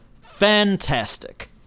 fantastic